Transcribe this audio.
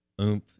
oomph